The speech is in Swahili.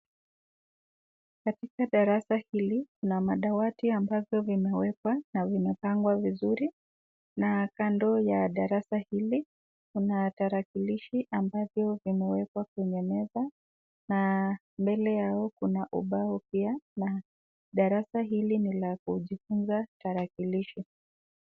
Katika darasa hili, kuna madawati ambazo vimewekwa na vimepangwa vizuri, na kando ya darasa hili, kuna tarakilishi ambavyo vimewekwa kwenye meza na mbele yao kuna ubao pia na darasa hili ni la kujifunza tarakilishi.